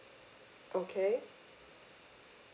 okay